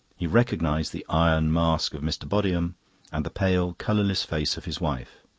he recognised the iron mask of mr. bodiham and the pale, colourless face of his wife.